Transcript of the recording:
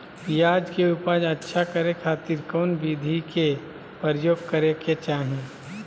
प्याज के उपज अच्छा करे खातिर कौन विधि के प्रयोग करे के चाही?